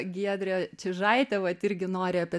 giedrė čiužaitė vat irgi nori apie